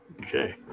okay